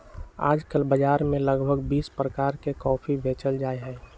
आजकल बाजार में लगभग बीस प्रकार के कॉफी बेचल जाहई